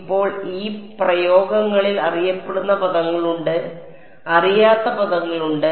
ഇപ്പോൾ ഈ പ്രയോഗങ്ങളിൽ അറിയപ്പെടുന്ന പദങ്ങളുണ്ട് അറിയാത്ത പദങ്ങളുണ്ട്